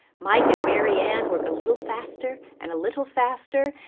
mike and mary anne work a little faster and a little faster,